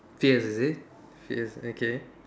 fierce is it fierce okay